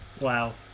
Wow